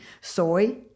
Soy